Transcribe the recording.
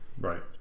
Right